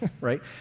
right